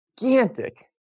gigantic